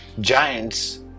giants